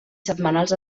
setmanals